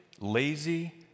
lazy